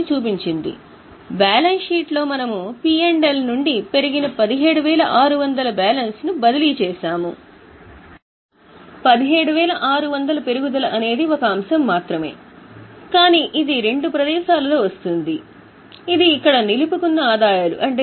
నగదు outflow అయితే మీరు బ్రాకెట్లో వ్రాయాలి